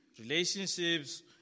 relationships